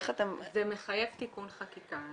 איך אתם -- זה מחייב תיקון חקיקה.